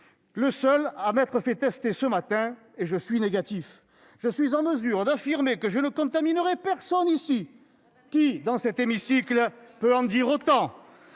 le seul à m'être fait tester ce matin- et je suis négatif ! Je suis en mesure d'affirmer que je ne contaminerai personne ici. Qui, dans cet hémicycle, peut en dire autant ?